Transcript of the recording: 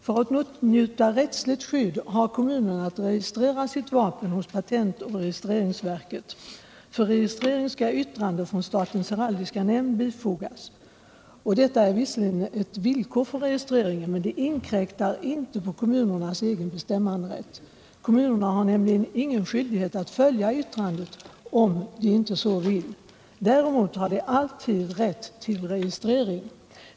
För att åtnjuta rättsligt skydd har kommunen att registrera sitt vapen hos patent och registreringsverket. För registrering skall yttrande från statens heraldiska nämnd bifogas. Detta är visserligen ett villkor för registrering, men det inkräktar inte på kommunernas egen bestämmanderätt. Kommunerna har nämligen ingen skyldighet att följa yttrandet om de inte så vill. Däremot har de alltid rätt till registrering.